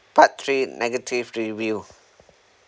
part three negative review